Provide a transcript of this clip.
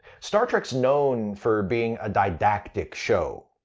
star trek's known for being a didactic show.